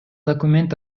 документ